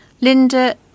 Linda